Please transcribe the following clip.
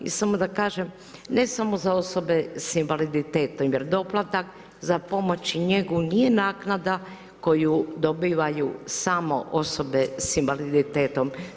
I samo da kažem, ne samo za osobe s invaliditetom jer doplatak za pomoć i njegu nije naknada koju dobivaju osobe s invaliditetom.